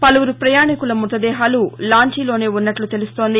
పలుపురు ప్రయాణీకుల మృతదేహాలు లాంచీలోనే వున్నట్లు తెలుస్తోంది